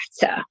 better